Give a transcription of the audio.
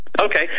Okay